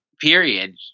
period